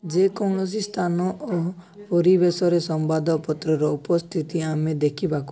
ଯେକୌଣସି ସ୍ଥାନ ଓ ପରିବେଶରେ ସମ୍ବାଦପତ୍ରର ଉପସ୍ଥିତି ଆମେ ଦେଖିବାକୁ